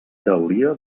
teoria